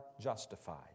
justified